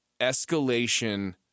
escalation